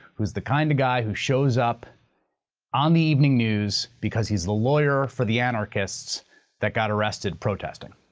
who is the kind of guy who shows up on the evening news because he's the lawyer for the anarchists that got arrested protesting.